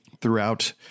throughout